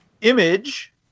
Image